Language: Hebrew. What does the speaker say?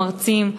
המרצים,